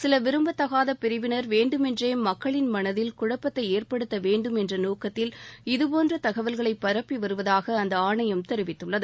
சில விரும்பத்தகாத பிரிவினர் வேண்டுமென்றே மக்களின் மனதில் குழப்பத்தை ஏற்படுத்த வேண்டும் என்ற நோக்கத்தில் இதுபோன்ற தகவல்களை பரப்பி வருவதாக அந்த அஆணையம் தெரிவித்துள்ளது